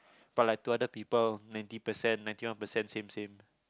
but like to other people ninety percent ninety one percent same same